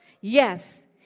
Yes